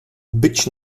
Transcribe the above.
być